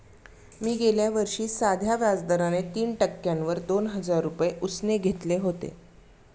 मी गेल्या वर्षी साध्या व्याज दराने तीन टक्क्यांवर दोन हजार रुपये उसने घेतले होते